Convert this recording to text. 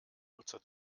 nutzer